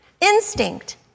instinct